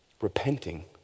repenting